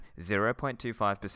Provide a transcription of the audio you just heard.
0.25%